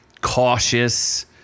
cautious